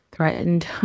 threatened